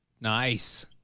Nice